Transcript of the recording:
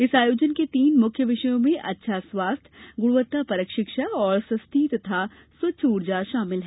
इस आयोजन के तीन मुख्य विषयों में अच्छा स्वास्थ्य गृणवत्ता परक शिक्षा और सस्ती तथा स्वच्छ उर्जा शामिल हैं